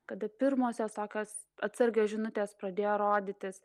kada pirmosios tokios atsargios žinutės pradėjo rodytis